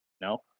No